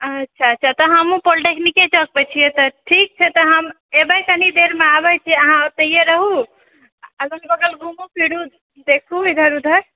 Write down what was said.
अच्छा अच्छा तऽ हमहुँ पोलिटेक्निके चौक पऽर छिए तऽ ठीक छै तऽ हम एबै कनि देर मऽ आबैछी अहाँ ओतेए रहु अगल बगल घुमू फिरु देखु इधर उधर